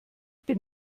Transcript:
bin